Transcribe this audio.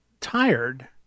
tired